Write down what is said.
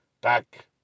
back